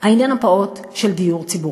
העניין הפעוט של דיור ציבורי.